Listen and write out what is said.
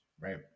right